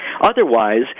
Otherwise